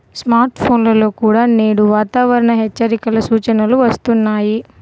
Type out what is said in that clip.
smart ఫోన్లలో కూడా నేడు వాతావరణ హెచ్చరికల సూచనలు వస్తున్నాయి